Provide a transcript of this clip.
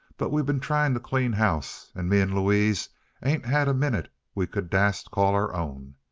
but we been tryin' t' clean house, an' me an' louise ain't had a minute we could dast call our own,